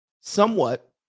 somewhat